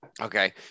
Okay